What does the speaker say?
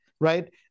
right